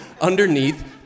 underneath